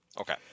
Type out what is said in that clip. Okay